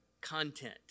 content